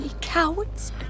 cowards